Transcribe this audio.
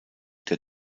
der